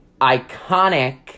iconic